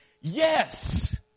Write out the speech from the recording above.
Yes